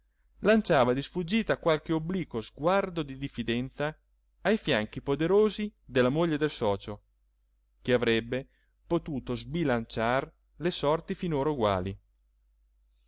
lanciava di sfuggita qualche obliquo sguardo di diffidenza ai fianchi poderosi della moglie del socio che avrebbe potuto sbilanciar le sorti finora eguali